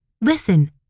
Listen